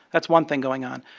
that's one thing going on.